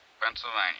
Pennsylvania